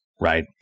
right